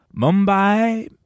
Mumbai